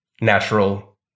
natural